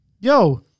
yo